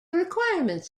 requirements